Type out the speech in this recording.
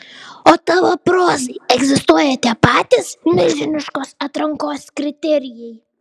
o tavo prozai egzistuoja tie patys milžiniškos atrankos kriterijai